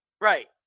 Right